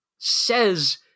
Says